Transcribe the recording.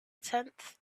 tenth